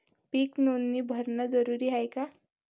पीक नोंदनी भरनं जरूरी हाये का?